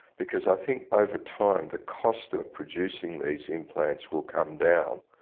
because i think over time the cost of producing these implants will come down.